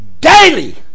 daily